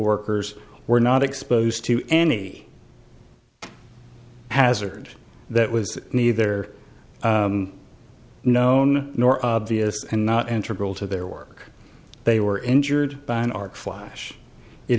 workers were not exposed to any hazard that was neither known nor obvious and not enter girl to their work they were injured by an arc flash it